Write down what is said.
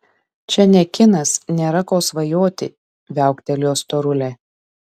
čia ne kinas nėra ko svajoti viauktelėjo storulė